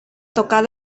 tocar